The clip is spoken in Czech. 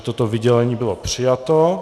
Toto vydělení bylo přijato.